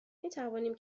میتوانیم